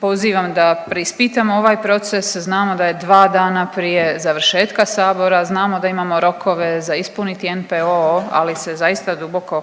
pozivam da preispitamo ovaj proces, znamo da je dva dana prije završetka Sabora, znamo da imamo rokove za ispuniti NPO, ali se zaista duboko